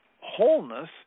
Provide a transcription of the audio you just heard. wholeness